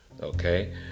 Okay